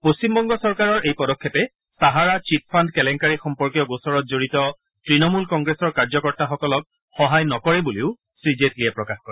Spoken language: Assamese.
পশ্চিমবংগ চৰকাৰৰ এই পদক্ষেপে ছাহাৰা চীট ফাণ্ড কেলেংকাৰী সম্পৰ্কীয় গোচৰত জড়িত ত্তণমূল কংগ্ৰেছৰ কাৰ্যকৰ্তাসকলক সহায় নকৰে বুলিও শ্ৰী জেটলীয়ে প্ৰকাশ কৰে